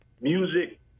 music